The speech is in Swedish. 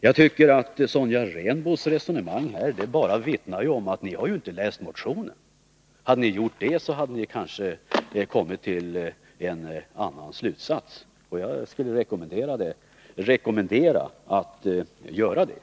Jag tycker att Sonja Rembos resonemang bara vittnar om att ni inte har läst motionen. Hade ni gjort det hade ni kanske kommit till någon annan slutsats. Jag skulle vilja rekommendera er att läsa den.